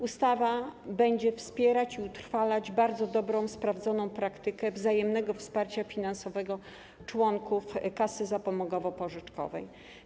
Ustawa będzie wspierać i utrwalać bardzo dobrą i sprawdzoną praktykę wzajemnego wsparcia finansowego członków kasy zapomogowo-pożyczkowej.